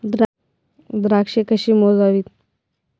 द्राक्षे कशी मोजावीत?